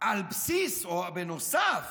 בנוסף